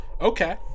Okay